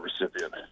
recipient